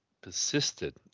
persisted